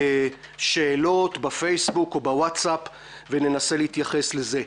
שאלות בפייסבוק או בווטסאפ, וננסה להתייחס לזה.